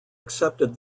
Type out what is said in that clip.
accepted